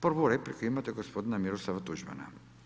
Prvu repliku imate od gospodina Miroslava Tuđmana.